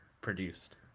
produced